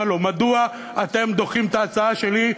מדוע אתם דוחים את ההצעה שלי,